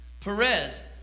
Perez